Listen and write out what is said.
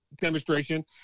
demonstration